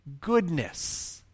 goodness